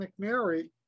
McNary